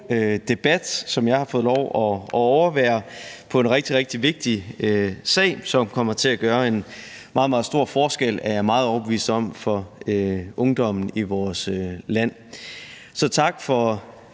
debat, som jeg har fået lov at overvære, om en rigtig, rigtig vigtig sag, som kommer til at gøre en meget, meget stor forskel, er jeg meget overbevist om, for ungdommen i vores land. Så tak for